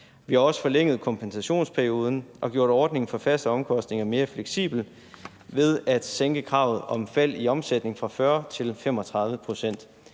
Vi har også forlænget kompensationsperioden og gjort ordningen for faste omkostninger mere fleksibel ved at sænke kravet om fald i omsætningen fra 40 pct. til 35 pct.